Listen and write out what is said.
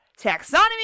taxonomy